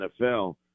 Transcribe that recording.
NFL